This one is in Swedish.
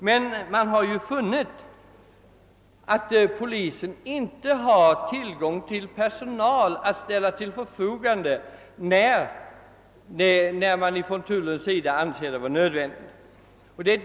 Man har emellertid funnit att polisen inte har tillräckligt med personal att ställa till förfogande när tullen anser det nödvändigt med sådan.